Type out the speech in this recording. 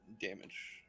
damage